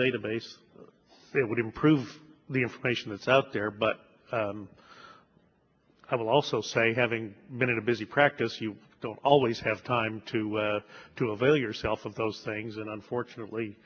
database that would improve the information that's out there but i would also say having been a busy practice you don't always have time to to avail yourself of those things and unfortunately